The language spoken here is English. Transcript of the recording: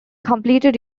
completed